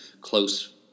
close